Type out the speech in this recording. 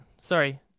Sorry